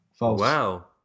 Wow